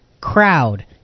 crowd